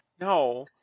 No